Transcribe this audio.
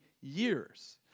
years